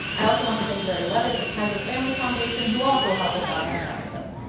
i also want to thank larry levitt at the kaiser family foundation who also helped us out on this episode.